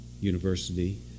University